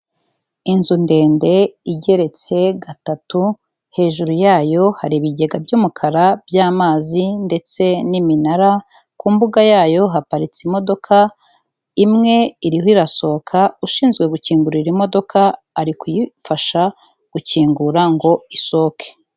Inzu ndende igeretse gatatu, hejuru yayo hari ibigega by'umukara by'amazi ndetse n'iminara, ku mbuga yayo haparitse imodoka, imwe iriho irasohoka, ushinzwe gukingurira imodoka ari kuyifasha gukingura ngo isohoke.